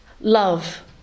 love